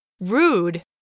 Rude